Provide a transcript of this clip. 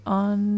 on